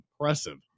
impressive